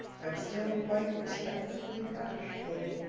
i'm still quite respectably bashful!